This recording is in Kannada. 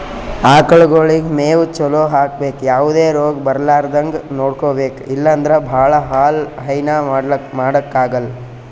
ಆಕಳಗೊಳಿಗ್ ಮೇವ್ ಚಲೋ ಹಾಕ್ಬೇಕ್ ಯಾವದೇ ರೋಗ್ ಬರಲಾರದಂಗ್ ನೋಡ್ಕೊಬೆಕ್ ಇಲ್ಲಂದ್ರ ಭಾಳ ಹಾಲ್ ಹೈನಾ ಮಾಡಕ್ಕಾಗಲ್